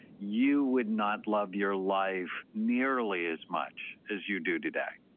you would not love your life nearly as much as you do today